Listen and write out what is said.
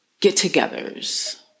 get-togethers